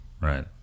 right